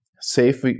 safe